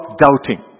doubting